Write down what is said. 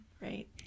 right